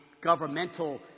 governmental